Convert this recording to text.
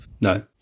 No